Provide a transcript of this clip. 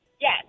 Yes